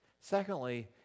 Secondly